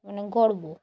মানে গর্ব